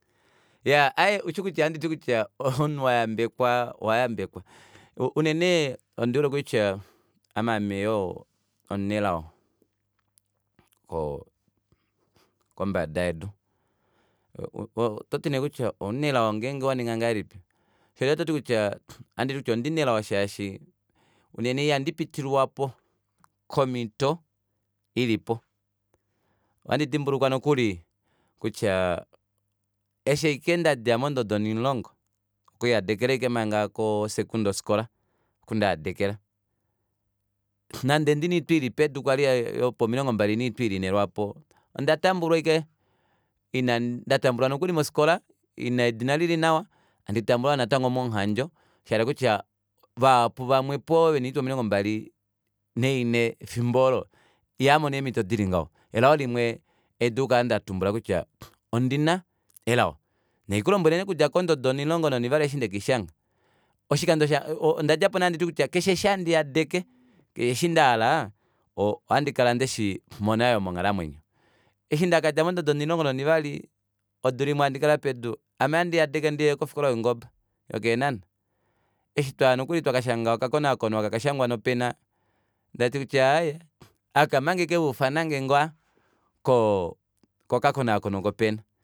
Iyaa ushikutya ohanditi kutya omunhu wayambekwa owayambekwa unene ondihole kutya ame aame yoo omunelao kombada yedu ototi nee kutya omunelao ngenge waninga ngahelipi ohanditi ondimunelo shaashi unene ihandi pitililwapo komito ilipo ohandi dimbuluka nokuli kutya eshi ashike ndadja mondodo onimulongo okuhadekela aashike manga ko secondary school okundahadekela nande ndina oitwa ili pedu kwali yopo milongo mbali noitwa ili inhe lwaapo onda tambulwa aashike ndatambulwa nokuli mofikola ina edina lili nawa handi tambulwa yoo natango momuhando shahala kutya vahapu vamwepo vena oitwa omilongo mbali nainhe efimbo olo ihaamono eemito dili ngaho elao limwe haidulu okukala ndatumbula kutya ondina elao nandi kulombwele nee okudja kondodo onimulongo nonivali eshi ndekeishanga ondakala nee handiti kutya keshe eshi handi hadeke eshi ndahala ohandi kala ndeshimona monghalamwenyo eshi ndakadja mondodo onimulongo nonivali odula imwe handi kala pedu ame ohandi hadeke ndiye kofikola youngoba yokeenhana eshi twaya nokuli twakashanga okakonaakono oko haka shangwa nopena ondati kutya aaye aka omanga ashike vaifanange koo kokakonaakono kopena